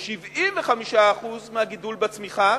ו-75% מהגידול בצמיחה